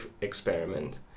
experiment